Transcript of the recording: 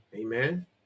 amen